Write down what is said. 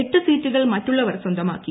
എട്ട് സീറ്റുകൾ മറ്റുള്ളവർ സ്വന്തമാക്കി